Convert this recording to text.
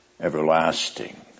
everlasting